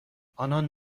آنان